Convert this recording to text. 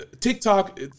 TikTok